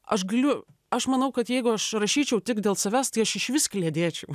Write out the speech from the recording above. aš galiu aš manau kad jeigu aš rašyčiau tik dėl savęs tai aš išvis kliedėčiau